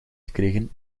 gekregen